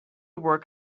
work